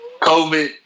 COVID